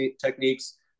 techniques